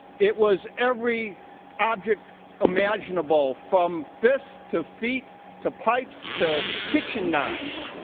it was every object imaginable from fist to feet to pipes to kitchen knives.